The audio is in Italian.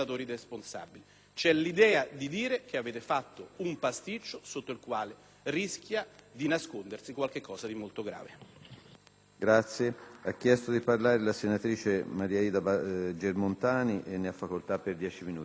di affermare che avete fatto un pasticcio sotto il quale rischia di nascondersi qualcosa di molto grave.